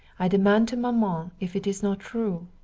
i demand to maman if it is not true,